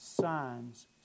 signs